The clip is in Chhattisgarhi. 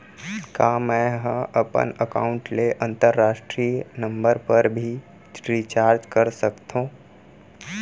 का मै ह अपन एकाउंट ले अंतरराष्ट्रीय नंबर पर भी रिचार्ज कर सकथो